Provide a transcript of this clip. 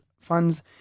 funds